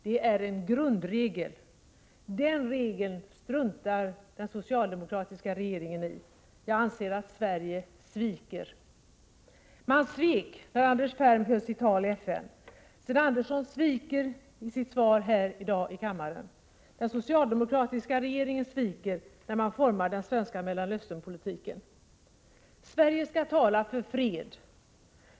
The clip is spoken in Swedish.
Det är en grundregel. Den regeln struntar den socialdemokratiska regeringen i. Jag anser att Sverige sviker. Man svek när Anders Ferm höll sitt tal i FN. Sten Andersson sviker i sitt svar här i dag. Den socialdemokratiska regeringen sviker, när man formar den svenska Mellanösternpolitiken. Sverige skall tala för fred.